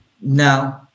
No